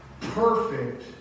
perfect